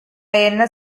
என்ன